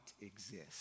exist